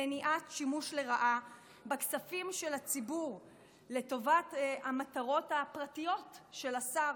מניעת שימוש לרעה בכספים של הציבור לטובת המטרות הפרטיות של השר.